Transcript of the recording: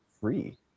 free